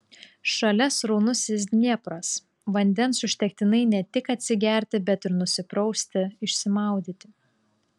šalia sraunusis dniepras vandens užtektinai ne tik atsigerti bet ir nusiprausti išsimaudyti